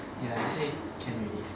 ya they say can ready eh